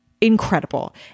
incredible